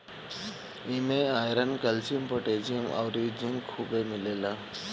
इमे iron, calcium, potassium अउरी zinc खुबे मिलेला